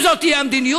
אם זאת תהיה המדיניות,